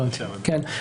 כן.